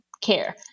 care